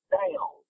down